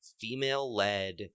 female-led